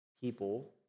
people